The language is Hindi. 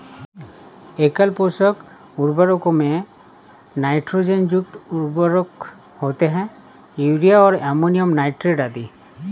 एकल पोषक उर्वरकों में नाइट्रोजन युक्त उर्वरक होते है, यूरिया और अमोनियम नाइट्रेट आदि